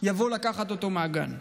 יבואו לקחת אותו מהגן.